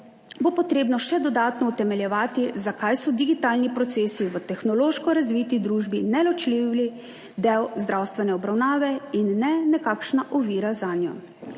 bo treba še dodatno utemeljevati, zakaj so digitalni procesi v tehnološko razviti družbi neločljivi del zdravstvene obravnave in ne nekakšna ovira zanjo.